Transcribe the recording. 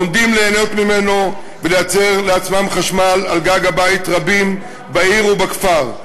עומדים ליהנות ממנו ולייצר לעצמם חשמל על גג הבית רבים בעיר ובכפר,